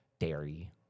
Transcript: dairy